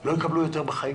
לא יקבלו יותר בחיים